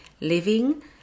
living